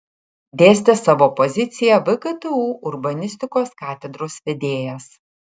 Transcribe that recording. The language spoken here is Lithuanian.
dėstė savo poziciją vgtu urbanistikos katedros vedėjas